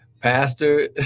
Pastor